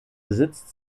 besitzt